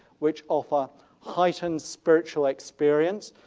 which offer heightened spiritual experience.